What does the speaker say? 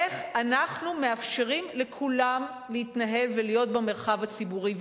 איך אנחנו מאפשרים לכולם להתנהל ולהיות במרחב הציבורי.